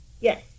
Yes